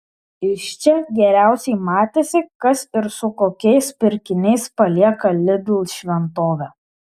iš čia geriausiai matėsi kas ir su kokiais pirkiniais palieka lidl šventovę